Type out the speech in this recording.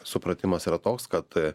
supratimas yra toks kad